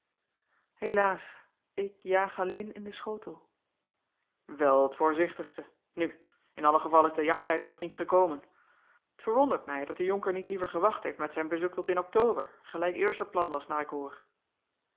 elaas ik jaag alleen in den schotel el t voorzichtigste u in allen gevalle is de jachttijd nog niet gekomen t erwondert mij dat de onker niet liever gewacht heeft met zijn bezoek tot in ctober gelijk eerst het plan was naar ik hoor